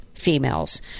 females